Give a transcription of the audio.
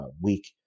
week